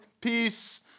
Peace